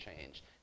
change